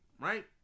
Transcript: right